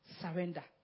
surrender